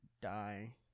die